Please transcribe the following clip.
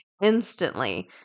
Instantly